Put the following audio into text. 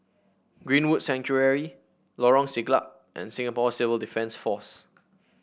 Greenwood Sanctuary Lorong Siglap and Singapore Civil Defence Force